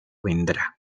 vendrá